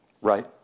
right